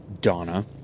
Donna